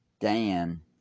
Dan